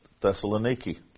Thessaloniki